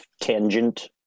tangent